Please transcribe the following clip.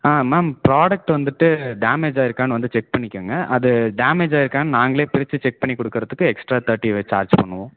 ஆ ma'am product வந்துட்டு damage ஆகிருக்கானு வந்து செக் பண்ணிக்கோங்க அது டேமேஜ் ஆகிருக்கானு நாங்கள் பிரிச்சு செக் பண்ணி கொடுக்குறதுக்கு எக்ஸ்ட்ரா தேர்ட்டி சார்ஜ் பண்ணுவோம்